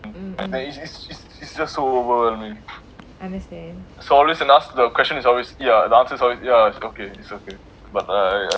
mm understand